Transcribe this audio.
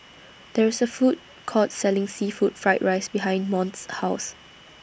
There IS A Food Court Selling Seafood Fried Rice behind Mont's House